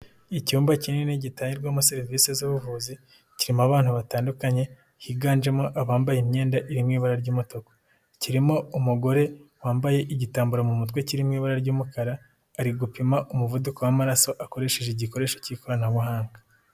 Icyumba kinini gitanrwamo serivisi z'ubuvuzi, kirimo abana batandukanye higanjemo abambaye imyenda iri mu ibara ry'umutuku, kirimo umugore wambaye igitambaro mu mutwe kirimo ibara ry'umukara, ari gupima umuvuduko w'amaraso akoresheje igikoresho k'ikoranabuhanga.